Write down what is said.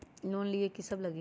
Loan लिए की सब लगी?